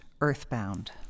earthbound